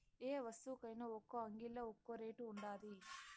యే వస్తువుకైన ఒక్కో అంగిల్లా ఒక్కో రేటు ఉండాది